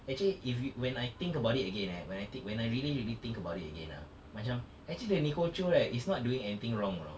actually if you when I think about it again eh when I when I really really think about it again ah macam actually the nicole choo right is not doing anything wrong you know